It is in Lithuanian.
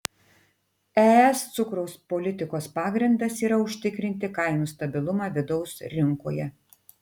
es cukraus politikos pagrindas yra užtikrinti kainų stabilumą vidaus rinkoje